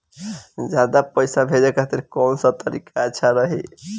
ज्यादा पईसा भेजे खातिर कौन सा तरीका अच्छा रही?